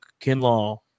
Kinlaw